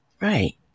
Right